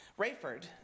Rayford